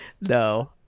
No